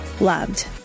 loved